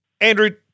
Andrew